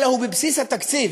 אלא הוא בבסיס התקציב.